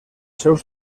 seus